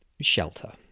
Shelter